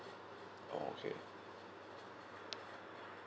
oh okay